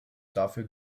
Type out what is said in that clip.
dafür